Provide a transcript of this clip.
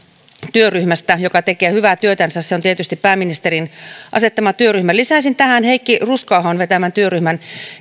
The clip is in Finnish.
työryhmästä joka tekee hyvää työtänsä se on tietysti pääministerin asettama työryhmä lisäisin tähän nimenomaan heikki ruskoahon vetämän työryhmän